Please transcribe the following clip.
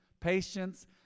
patience